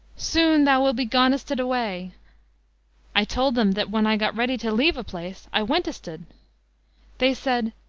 soon thou will be gonested away i told them that when i got ready to leave a place i wentested they said,